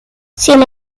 sin